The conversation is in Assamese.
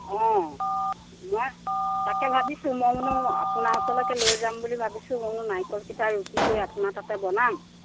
অ মই তাকে ভাবিছোঁ মই বোলো আপোনাৰ ওচৰলৈকে লৈ যাম বুলি ভাবিছোঁ মই বোলো নাৰিকলকেইটা ৰুকি কৰি আপোনাৰ তাতে বনাম